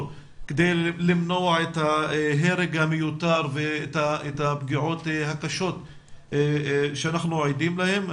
כדי למנוע את ההרג המיותר ואת הפגיעות הקשות שאנחנו עדים להם.